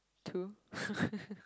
two